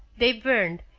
they burned,